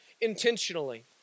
intentionally